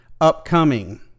upcoming